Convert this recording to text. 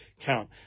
count